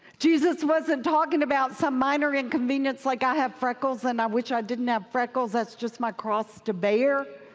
jesus wasn't talking about some minor inconvenience like i have freckles, and i wish i didn't have freckles. that's just my cross to bear.